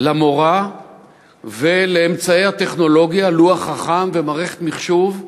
למורה ולאמצעי הטכנולוגיה, לוח חכם ומערכת מחשוב,